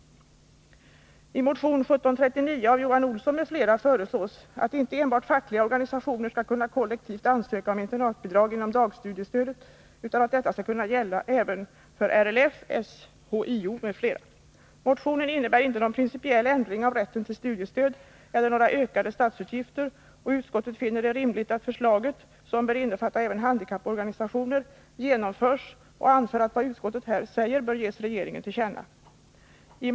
I motion 1739 av Johan Olsson m.fl. föreslås att inte enbart fackliga organisationer skall kunna kollektivt ansöka om internatbidrag inom dagstudiestödet utan detta skall kunna gälla även för RLF, SHIO m.fl. organisationer. Motionen innebär inte någon principiell ändring av rätten till studiestöd eller några ökade statsutgifter, och utskottet finner det rimligt att förslaget, som bör innefatta även handikapporganisationer, genomförs och anför att vad utskottet här säger bör ges regeringen till känna.